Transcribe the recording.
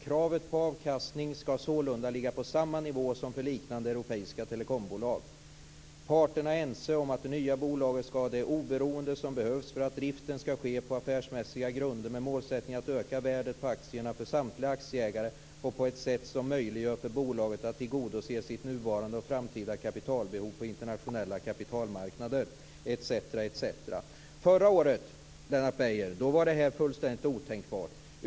Kravet på avkastning skall sålunda ligga på samma nivå som för liknande europeiska telekombolag. - Parterna är ense om att det nya bolaget skall ha det oberoende som behövs för att driften skall ske på affärsmässiga grunder med målsättningen att öka värdet på aktierna för samtliga aktieägare och på ett sätt som möjliggör för bolaget att tillgodose sitt nuvarande och framtida kapitalbehov på internationella kapitalmarknader." Förra året, Lennart Beijer, var detta fullständigt otänkbart.